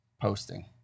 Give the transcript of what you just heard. posting